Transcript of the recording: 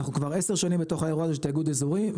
אנחנו כבר עשר שנים בתוך האירוע הזה של תיאגוד אזורי,